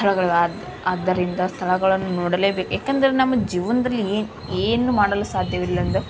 ಸ್ಥಳಗಳು ಆದ್ ಆದ್ದರಿಂದ ಸ್ಥಳಗಳನ್ನು ನೋಡಲೇಬೇಕು ಏಕೆಂದರೆ ನಮ್ಮ ಜೀವನದಲ್ಲಿ ಏನು ಮಾಡಲು ಸಾಧ್ಯವಿಲ್ಲವೆಂದು